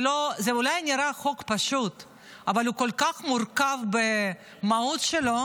זה אולי נראה חוק פשוט אבל הוא כל כך מורכב במהות שלו,